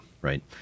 right